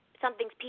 something's